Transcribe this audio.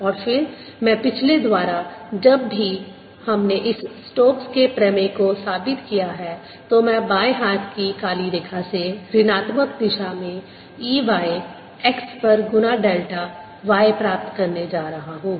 और फिर मैं पिछले द्वारा जब भी हमने इस स्टोक्स के प्रमेय Stokes' theorem को साबित किया है तो मैं बाएं हाथ की काली रेखा से ऋणात्मक दिशा में E y x पर गुना डेल्टा y प्राप्त करने जा रहा हूं